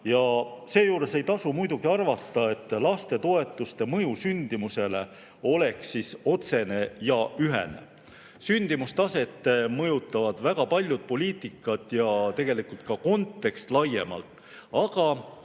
Seejuures ei tasu muidugi arvata, et lastetoetuste mõju sündimusele oleks otsene ja ühene. Sündimustaset mõjutavad väga paljud poliitikad ja tegelikult ka kontekst laiemalt. Aga